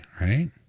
right